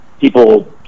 people